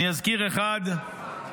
אזכיר אחד,